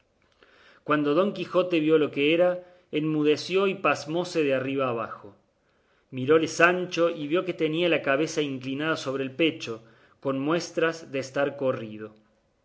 cuando don quijote vio lo que era enmudeció y pasmóse de arriba abajo miróle sancho y vio que tenía la cabeza inclinada sobre el pecho con muestras de estar corrido